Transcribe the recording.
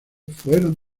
fueron